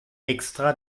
extra